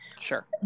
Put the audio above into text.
Sure